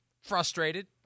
frustrated